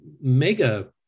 mega